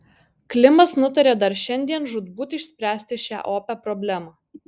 klimas nutarė dar šiandien žūtbūt išspręsti šią opią problemą